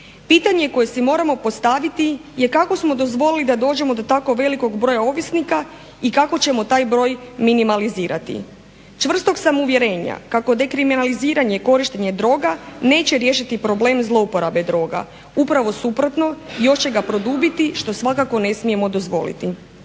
Pitanje koje si moramo postaviti je kako smo dozvolili da dođemo do tako velikog broja ovisnika i kako ćemo taj broj minimalizirati. Čvrstog sam uvjerenja kako dekriminaliziranje korištenja droga neće riješiti problem zlouporabe droga. Upravo suprotno, još će ga produbiti što svakako ne smijemo dozvoliti.